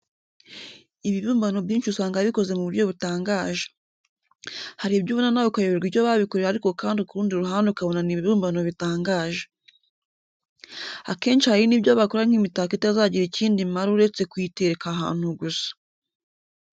Ibibumbano byinshi usanga bikoze mu buryo butangaje. Hari ibyo ubona nawe ukayoberwa icyo babikoreye ariko kandi ku rundi ruhande ukabona ni ibibumbano bitangaje. Akenshi hari n'ibyo bakora nk'imitako itazagira ikindi imara uretse kuyitereka ahantu gusa.